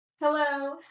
Hello